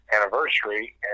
anniversary